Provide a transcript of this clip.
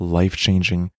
life-changing